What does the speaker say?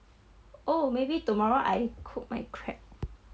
oh maybe tomorrow I cook my crab